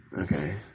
Okay